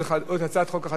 (מסלול מזונות),